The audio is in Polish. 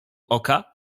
oka